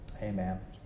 Amen